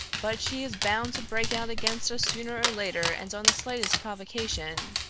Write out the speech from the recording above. but she is bound to break out against us sooner or later and on the slightest provocation,